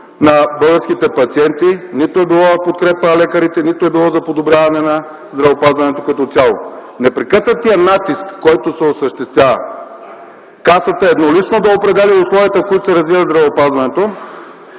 на българските пациенти, нито е било в подкрепа на лекарите, нито е било за подобряване на здравеопазването като цяло. Непрекъснатият натиск, който се осъществява – Касата еднолично да определя условията, в които се развива здравеопазването,